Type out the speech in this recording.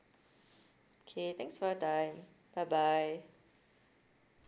okay thanks for your time bye bye